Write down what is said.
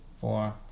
four